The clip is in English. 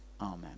Amen